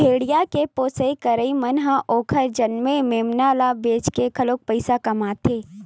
भेड़िया के पोसई करइया मन ह ओखर जनमे मेमना ल बेचके घलो पइसा कमाथे